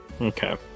Okay